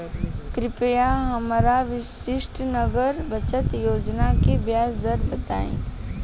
कृपया हमरा वरिष्ठ नागरिक बचत योजना के ब्याज दर बताई